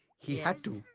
he had to.